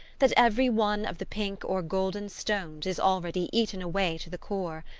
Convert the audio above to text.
that every one of the pink or golden stones is already eaten away to the core,